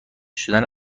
شدن